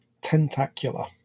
Tentacular